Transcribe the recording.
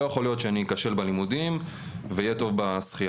לא יכול להיות שאני אכשל בלימודים ואהיה טוב בשחייה.